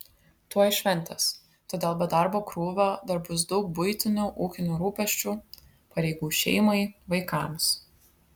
tuoj šventės todėl be darbo krūvio dar bus daug buitinių ūkinių rūpesčių pareigų šeimai vaikams